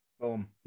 Boom